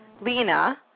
Lena